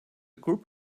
group